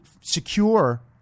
secure